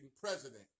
president